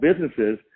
businesses